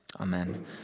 Amen